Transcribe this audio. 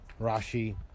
Rashi